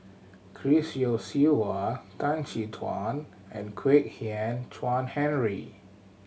Chris Yeo Siew Hua Tan Chin Tuan and Kwek Hian Chuan Henry